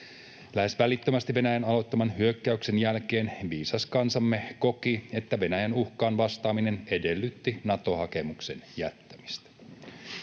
Lähes välittömästi Venäjän aloittaman hyökkäyksen jälkeen viisas kansamme koki, että Venäjän uhkaan vastaaminen edellytti Nato-hakemuksen jättämistä.